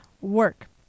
work